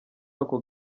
ako